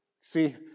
see